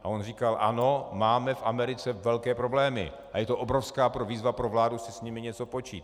A on říkal ano, máme v Americe velké problémy a je to obrovská výzva pro vládu si s nimi něco počít.